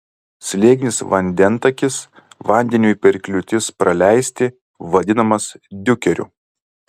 slėginis vandentakis vandeniui per kliūtis praleisti vadinamas diukeriu